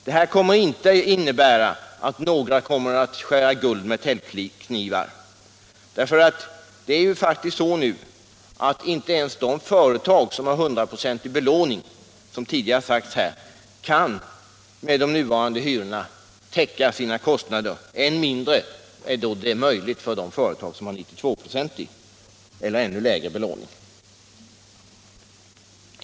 Det här — kommer inte att innebära att några kommer att skära guld med täljknivar. — Anslag till bostads Det är ju faktiskt så nu, som tidigare framhållits, att inte ens de företag = byggande, m.m. som har 100-procentig belåning kan täcka sina kostnader med de nuvarande hyrorna. Än mindre kan de företag det som har en 92-procentig eller lägre belåning.